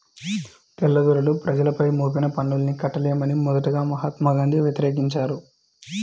తెల్లదొరలు ప్రజలపై మోపిన పన్నుల్ని కట్టలేమని మొదటగా మహాత్మా గాంధీ వ్యతిరేకించారు